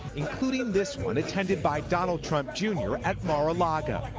including this one, attended by donald trump jr, at mar-a-lago.